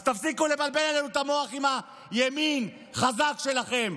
אז תפסיקו לבלבל לנו את המוח עם הימין חזק שלכם.